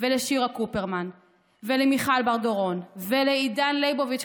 ולשירה קופרמן ולמיכל בר דורון ולעידן ליבוביץ',